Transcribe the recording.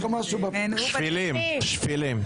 שפלים, שפלים.